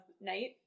night